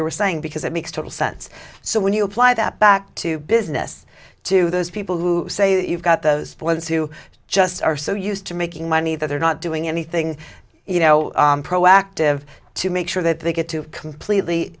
were saying because it makes total sense so when you apply that back to business to those people who say that you've got those for those who just are so used to making money that they're not doing anything you know proactive to make sure that they get to completely